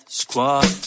squad